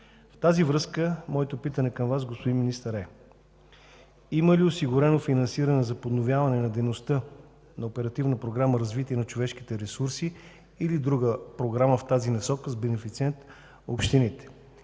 В тази връзка моето питане към Вас, господин Министър, е: има ли осигурено финансиране за подновяване на дейността на Оперативна програма „Развитие на човешките ресурси” или друга програма в тази насока с бенефициенти общините?